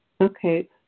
Okay